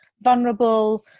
vulnerable